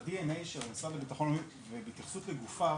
ב- D.N.A של המשרד לביטחון לאומי ובהתייחסות לגופיו,